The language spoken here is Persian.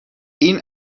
این